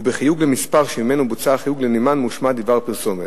ובחיוג למספר שממנו בוצע החיוג לנמען מושמע דבר פרסומת.